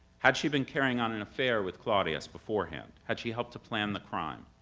had she been carrying on an affair with claudius beforehand? had she helped to plan the crime?